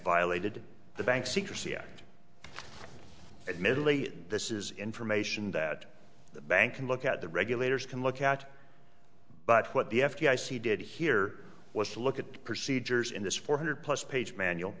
violated the bank secrecy act admittedly this is information that the bank can look at the regulators can look at but what the f b i says he did here was to look at procedures in this four hundred plus page manual